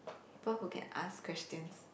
people who can ask questions